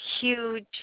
huge